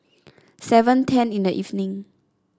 seven ten in the evening